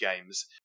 games